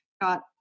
got